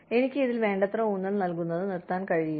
എനിക്ക് ഇതിൽ വേണ്ടത്ര ഊന്നൽ നൽകുന്നത് നിർത്താൻ കഴിയില്ല